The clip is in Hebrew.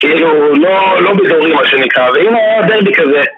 כאילו, לא בדורי מה שנקרא, אבל אם היה דרבי כזה.